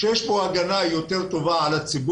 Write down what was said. אנחנו חושבים שיש כאן הגנה יותר טובה על הציבור,